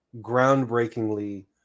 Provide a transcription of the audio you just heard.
groundbreakingly